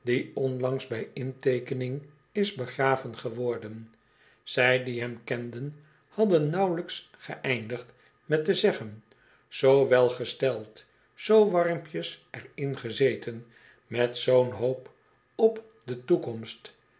onlangs bij inteekening is begraven geworden zij die hem kenden hadden nauwelijks geëindigd met te zeggen zoo wel gesteld zoo warmpjes er in gezeten met zoo'n hoop op de toekomsten